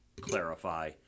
clarify